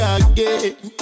again